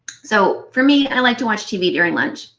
so for me, i like to watch tv during lunch.